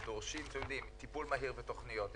ודורשים טיפול מהיר ותכניות,